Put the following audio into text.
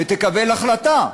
ותקבל החלטה.